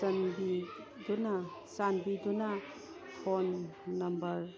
ꯆꯥꯟꯕꯤꯗꯨꯅ phone number